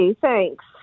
thanks